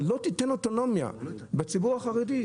אתה לא תיתן אוטונומיה בציבור החרדי.